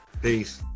Peace